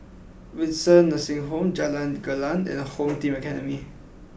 Windsor Nursing Home Jalan Gelegar and Home Team Academy